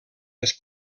més